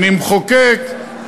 אני מחוקק,